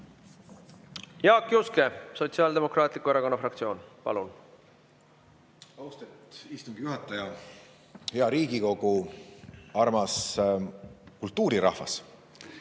Jaak Juske, Sotsiaaldemokraatliku Erakonna fraktsioon, palun! Austatud istungi juhataja! Hea Riigikogu! Armas kultuurirahvas!